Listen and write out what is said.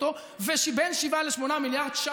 ובין 7 ל-8 מיליארד,